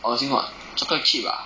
恶心 what chocolate chip ah